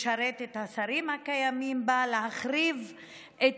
לשרת את השרים הקיימים בה ולהחריב את